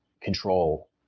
control